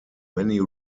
many